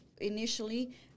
initially